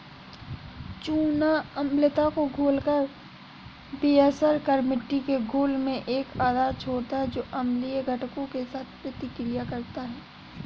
चूना अम्लता को घोलकर बेअसर कर मिट्टी के घोल में एक आधार छोड़ता है जो अम्लीय घटकों के साथ प्रतिक्रिया करता है